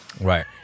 right